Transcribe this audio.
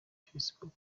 facebook